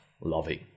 loving